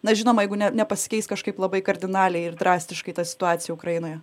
na žinoma jeigu ne nepasikeis kažkaip labai kardinaliai ir drastiškai ta situacija ukrainoje